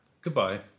Goodbye